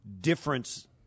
difference